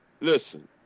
listen